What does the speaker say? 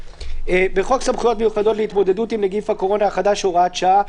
בחוק סמכויות מיוחדות להתמודדות עם נגיף הקורונה החדש (הוראת שעה)-